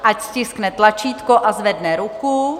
Ať stiskne tlačítko a zvedne ruku.